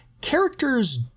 characters